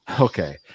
Okay